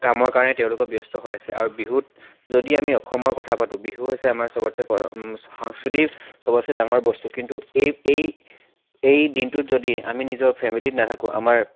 কামৰ কাৰণে তেওঁলোকৰ ব্যস্ত হৈ আছে আৰু বিহুত যদি আমি অসমৰ কথা পাতো বিহু হৈছে আমাৰ চবতছে সাংস্কৃতিৰ চবতছে ডাঙৰ বস্তু কিন্তু এই এই এই দিনটোত যদি আমি নিজৰ ফেমিলিত নাথাকো আমাৰ